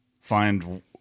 find